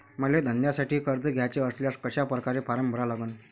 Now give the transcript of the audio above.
मले धंद्यासाठी कर्ज घ्याचे असल्यास कशा परकारे फारम भरा लागन?